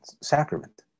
sacrament